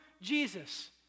Jesus